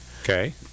Okay